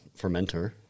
fermenter